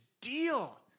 deal